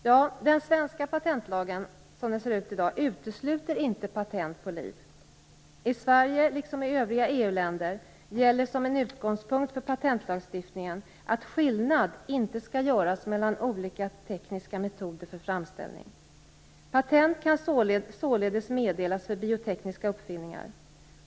Den svenska patentlagen utesluter inte patent på liv. I Sverige, liksom i övriga EU-länder, gäller som en utgångspunkt för patentlagstiftningen att skillnad inte skall göras mellan olika tekniska metoder för framställning. Patent kan således meddelas för biotekniska uppfinningar.